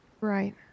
Right